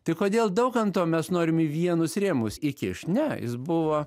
tai kodėl daukanto mes norim į vienus rėmus įkišt ne jis buvo